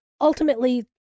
ultimately